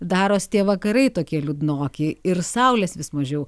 daros tie vakarai tokie liūdnoki ir saulės vis mažiau